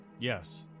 Yes